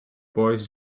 boys